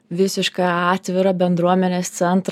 visiškai atvirą bendruomenės centrą